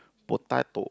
potato